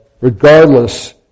regardless